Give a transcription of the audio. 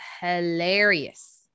hilarious